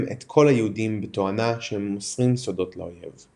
את כל היהודים בתואנה שהם מוסרים סודות לאויב.